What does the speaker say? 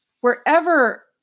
wherever